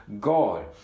God